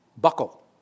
buckle